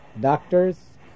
doctors